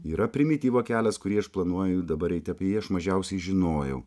yra primityvo kelias kurį aš planuoju dabar eiti apie jį aš mažiausiai žinojau